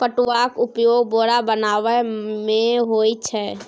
पटुआक उपयोग बोरा बनेबामे होए छै